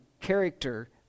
character